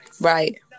Right